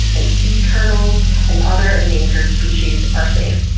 and sea turtles, and other endangered species are safe.